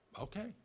okay